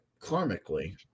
karmically